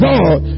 God